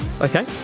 Okay